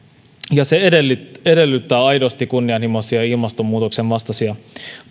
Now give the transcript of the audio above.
ja se edellyttää edellyttää aidosti kunnianhimoisia ilmastonmuutoksenvastaisia